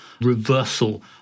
reversal